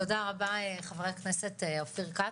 תודה רבה חבר הכנסת אופיר כץ,